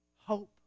hope